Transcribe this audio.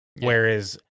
whereas